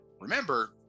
Remember